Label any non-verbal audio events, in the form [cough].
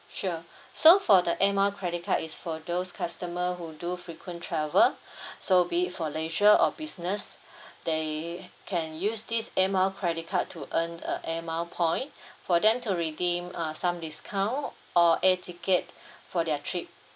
sure [breath] so for the air mile credit card is for those customer who do frequent travel [breath] so be it for leisure or business [breath] they can use this air mile credit card to earn uh air mile point for them to redeem uh some discount or air ticket [breath] for their trip